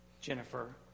Jennifer